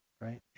right